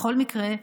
בכל מקרה,